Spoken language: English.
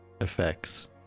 effects